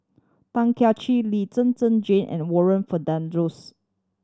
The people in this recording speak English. Chin Lee Zhen Zhen Jane and Warren